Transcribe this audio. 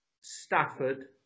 Stafford